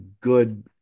good